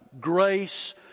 grace